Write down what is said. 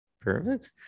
Perfect